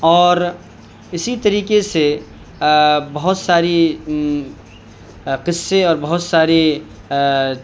اور اسی طریقے سے بہت ساری قصے اور بہت ساری